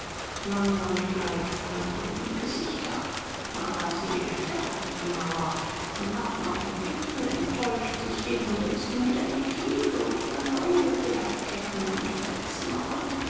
lang und leidvoll wurden ihre gesichter aber sie erkletterten die mauer und warfen auf dem gipfel enttäuscht sich hin denn es ging wieder in die tiefe und über neue bergketten und